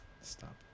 Stop